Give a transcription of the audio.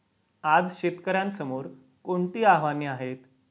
आज शेतकऱ्यांसमोर कोणती आव्हाने आहेत?